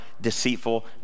deceitful